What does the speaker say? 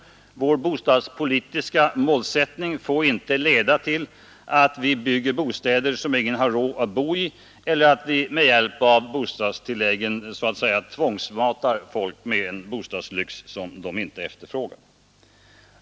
Vår bostadspolitiska målsättning får inte leda till att vi bygger bostäder som ingen har råd att bo i eller att vi med hjälp av bostadstilläggen tvångsmatar folk med en bostadslyx som de inte efterfrågar.